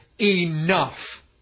enough